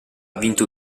vinto